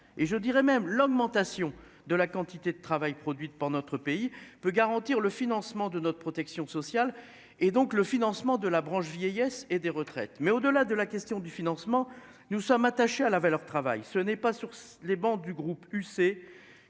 et je dirais même l'augmentation de la quantité de travail produite par notre pays peut garantir le financement de notre protection sociale et donc le financement de la branche vieillesse et des retraites mais au-delà de la question du financement, nous sommes attachés à la valeur travail, ce n'est pas sur les bancs du groupe UC